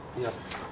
yes